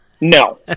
No